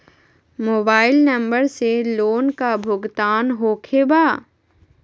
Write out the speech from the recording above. Mobile number से loan का भुगतान होखे बा?